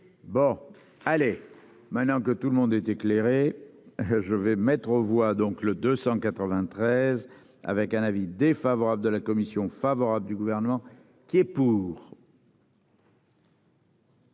Bon. Allez, maintenant que tout le monde est éclairée. Je vais mettre aux voix donc le 293, avec un avis défavorable de la commission favorable du gouvernement. Qui est pour.